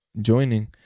joining